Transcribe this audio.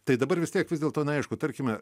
tai dabar vis tiek vis dėlto neaišku tarkime